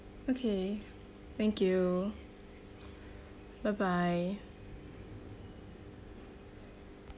okay thank you bye bye